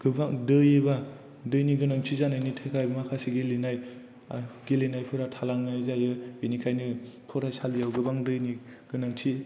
गोबां दै एबा दैनि गोनांथि जानायनि थाखाय माखासे गेलेनायफोरा थालांनाय जायो बेनिखायनो फरायसालियाव गोबां दैनि गोनांथि